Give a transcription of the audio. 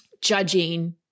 judging